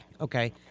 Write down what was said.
okay